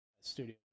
Studio